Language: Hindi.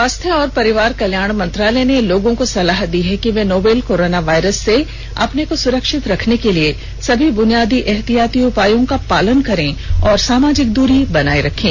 स्वास्थ्य और परिवार कल्याण मंत्रालय ने लोगों को सलाह दी है कि वे नोवल कोरोना वायरस से अपने को सुरक्षित रखने के लिए सभी बुनियादी एहतियाती उपायों का पालन करें और सामाजिक दूरी बनाए रखें